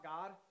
God